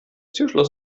türschloss